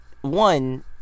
one